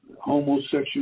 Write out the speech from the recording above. homosexual